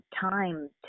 time